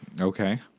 Okay